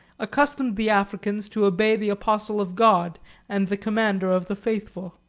accustomed the africans to obey the apostle of god and the commander of the faithful.